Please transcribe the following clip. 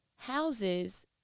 Houses